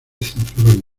cinturón